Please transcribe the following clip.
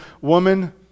woman